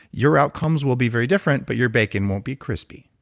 you're outcomes will be very different but your bacon won't be crispy.